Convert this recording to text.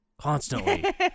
constantly